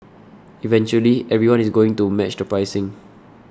eventually everyone is going to match the pricing